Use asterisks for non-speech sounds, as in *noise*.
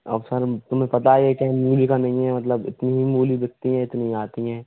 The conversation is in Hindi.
अब सर तुम्हें पता है *unintelligible* मूली का नहीं है मतलब इतनी ही बिकती है इतनी ही आती है